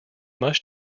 must